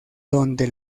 donde